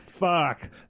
fuck